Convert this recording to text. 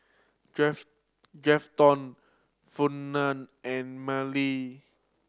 Grafton Fernand and Marlee